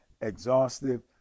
exhaustive